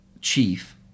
Chief